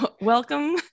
Welcome